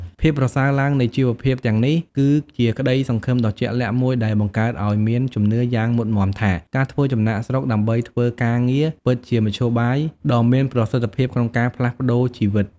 ភាពប្រសើរឡើងនៃជីវភាពទាំងនេះ គឺជាក្តីសង្ឃឹមដ៏ជាក់លាក់មួយដែលបង្កើតឱ្យមានជំនឿយ៉ាងមុតមាំថា ការធ្វើចំណាកស្រុកដើម្បីធ្វើការងារពិតជាមធ្យោបាយដ៏មានប្រសិទ្ធភាពក្នុងការផ្លាស់ប្តូរជីវិត។